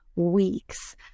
weeks